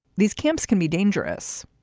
these camps can be dangerous.